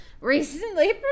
recently